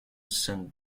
saint